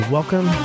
Welcome